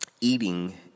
eating